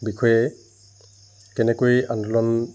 বিষয়ে কেনেকৈ আন্দোলন